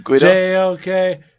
J-O-K